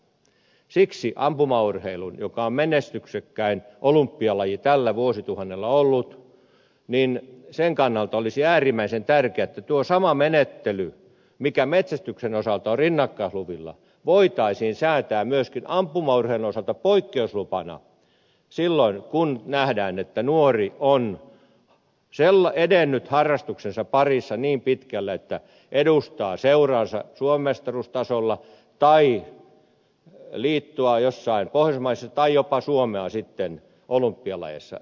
siksi ampumaurheilun kannalta joka on menestyksekkäin olympialaji tällä vuosituhannella ollut olisi äärimmäisen tärkeää että tuo sama menettely mikä metsästyksen osalta on rinnakkaisluvilla voitaisiin säätää myöskin ampumaurheilun osalta poikkeuslupana silloin kun nähdään että nuori on edennyt harrastuksensa parissa niin pitkälle että edustaa seuraansa suomenmestaruustasolla tai liittoa jossain pohjoismaassa tai jopa suomea sitten olympialajeissa